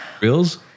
Reels